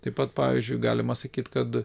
taip pat pavyzdžiui galima sakyt kad